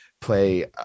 play